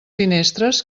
finestres